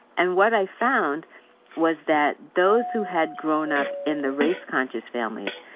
and what i found was that those who had grown up in the race-conscious families,